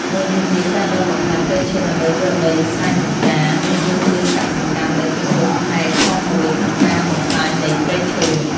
មួយវិញទៀត ការដុតបំផ្លាញព្រៃឈើដើម្បីយកដីស្រែចម្ការ ឬធ្វើជាកសិកម្មដែលជាមូលហេតុធំមួយក្នុងការបំផ្លាញនៃព្រៃឈើ។